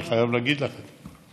אני חייב להגיד לכם.